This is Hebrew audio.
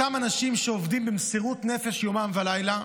אותם אנשים שעובדים במסירות נפש יומם ולילה,